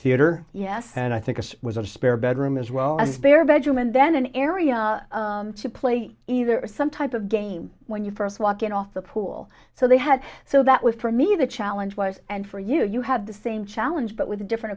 theater yes and i think it was a spare bedroom as well as their bedroom and then an area to play either some type of game when you first walk in off the pool so they had so that was for me the challenge was and for you you had the same challenge but with different